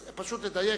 אז פשוט לדייק.